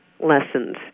lessons